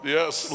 Yes